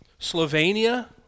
Slovenia